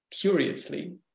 curiously